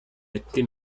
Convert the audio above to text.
etti